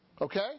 Okay